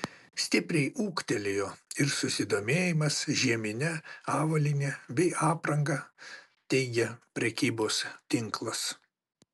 stipriai ūgtelėjo ir susidomėjimas žiemine avalyne bei apranga teigia prekybos tinklas